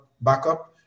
backup